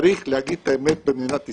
צריך להגיד את האמת במדינת ישראל.